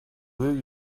will